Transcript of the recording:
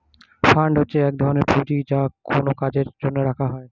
fund হচ্ছে এক ধরনের পুঁজি যা কোনো কাজের জন্য রাখা হয়